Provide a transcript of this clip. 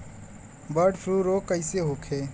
Bird flu रोग कईसे होखे?